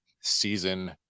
Season